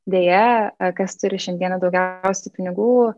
deja kas turi šiandiena daugiausiai pinigų